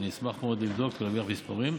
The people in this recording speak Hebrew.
אני אשמח מאוד לבדוק ולהביא לך מספרים.